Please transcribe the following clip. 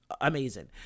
amazing